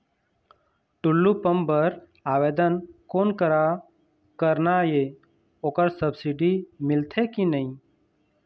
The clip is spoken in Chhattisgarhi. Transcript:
टुल्लू पंप बर आवेदन कोन करा करना ये ओकर सब्सिडी मिलथे की नई?